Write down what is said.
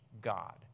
God